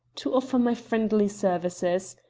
to offer my friendly services.